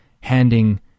handing